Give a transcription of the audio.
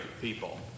people